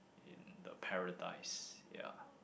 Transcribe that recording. in the paradise ya